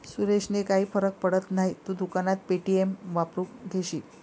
सुरेशने काही फरक पडत नाही, तू दुकानात पे.टी.एम वापरून घेशील